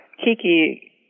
Kiki